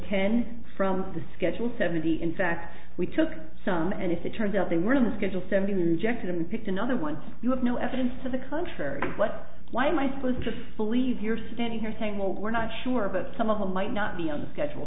ten from the schedule seventy in fact we took some and if it turns out they were on the schedule seven rejected and picked another one you have no evidence to the contrary but why am i supposed to believe you're standing here saying well we're not sure but some of them might not be on the schedule